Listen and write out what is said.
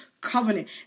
covenant